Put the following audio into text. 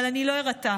אבל אני לא אירתע,